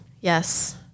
yes